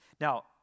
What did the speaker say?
Now